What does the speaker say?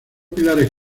pilares